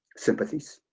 sympathies.